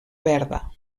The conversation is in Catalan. verda